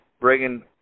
bringing